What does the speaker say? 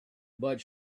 but